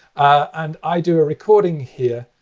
and i do a recording here,